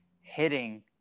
hitting